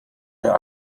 wir